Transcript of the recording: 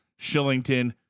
Shillington